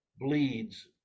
bleeds